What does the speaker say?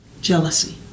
jealousy